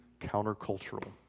countercultural